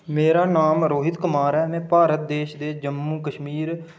मेरा नाम रोहित कुमार ऐ में भारत देश दे जम्मू कश्मीर